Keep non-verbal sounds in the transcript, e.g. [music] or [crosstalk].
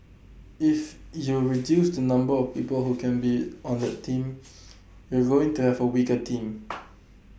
if you reduce the number of people who can be on [noise] that team you're going to have A weaker team [noise]